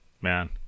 man